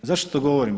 Zašto to govorim?